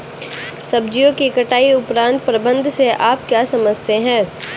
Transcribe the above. सब्जियों के कटाई उपरांत प्रबंधन से आप क्या समझते हैं?